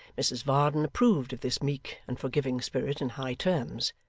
mrs varden approved of this meek and forgiving spirit in high terms,